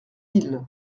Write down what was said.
île